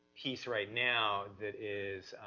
piece right now that is